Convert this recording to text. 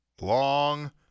long